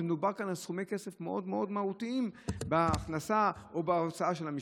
ומדובר כאן על סכומי כסף מאוד מאוד מהותיים בהכנסה או בהוצאה של המשפחה.